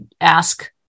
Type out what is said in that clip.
ask